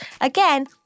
Again